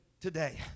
today